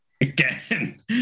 Again